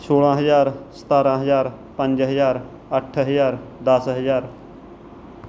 ਸੋਲ੍ਹਾਂ ਹਜ਼ਾਰ ਸਤਾਰ੍ਹਾਂ ਹਜ਼ਾਰ ਪੰਜ ਹਜ਼ਾਰ ਅੱਠ ਹਜ਼ਾਰ ਦਸ ਹਜ਼ਾਰ